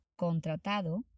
contratado